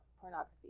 pornography